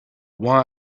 why